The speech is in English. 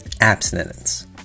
abstinence